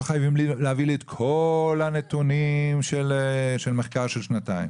חייבים להביא לי את כל הנתונים של מחקר של שנתיים.